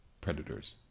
predators